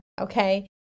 okay